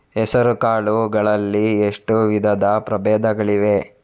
ಹೆಸರುಕಾಳು ಗಳಲ್ಲಿ ಎಷ್ಟು ವಿಧದ ಪ್ರಬೇಧಗಳಿವೆ?